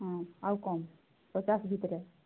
ହଁ ଆଉ କ'ଣ ପଚାଶ ଭିତରେ